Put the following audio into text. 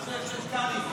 --- קרעי.